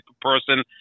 person